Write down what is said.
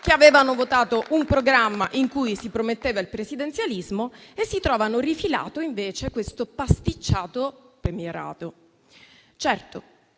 che avevano votato un programma in cui si prometteva il presidenzialismo e si trovano rifilato invece un pasticciato premierato.